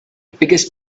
biggest